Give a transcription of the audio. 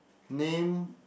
name